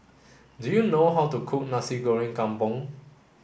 do you know how to cook Nasi Goreng Kampung